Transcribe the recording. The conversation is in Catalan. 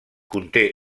conté